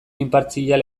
inpartzial